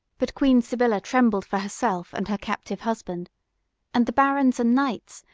but queen sybilla trembled for herself and her captive husband and the barons and knights,